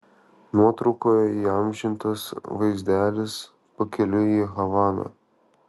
nuotraukoje įamžintas vaizdelis pakeliui į havaną